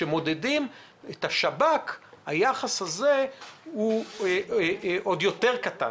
כשמודדים את השב"כ, היחס הזה עוד יותר קטן.